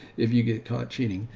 if you get caught cheating.